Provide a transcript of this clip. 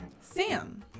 Sam